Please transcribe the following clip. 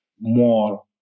more